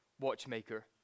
watchmaker